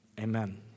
Amen